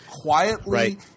quietly